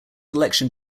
election